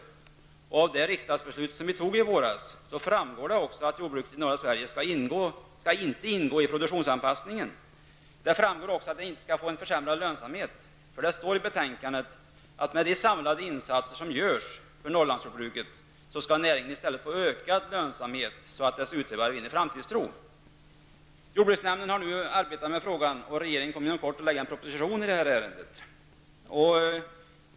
Av det riksdagsbeslut som vi fattade i våras framgår att jordbruket i norra Sverige inte skall ingå i produktionsanpassningen. Det framgår också att det inte skall få försämrad lönsamhet. Det står i betänkandet att med de samlade insatser som görs för Norrlandsjordbruket skall näringen i stället få ökad lönsamhet så att dess utövare finner framtidstro. Jordbruksnämnden har nu arbetat med frågan, och regeringen kommer inom kort att lägga fram en proposition i ärendet.